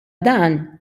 dan